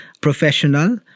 professional